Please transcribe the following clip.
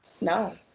no